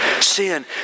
Sin